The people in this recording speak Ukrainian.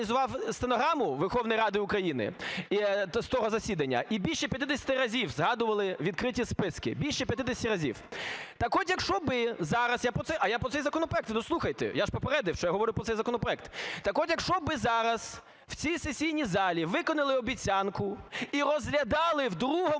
виконали обіцянку і розглядали в другому